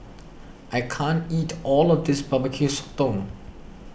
I can't eat all of this Barbecue Sotong